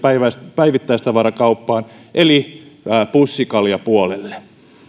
päivittäistavarakauppaan eli pussikaljapuolelle